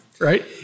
Right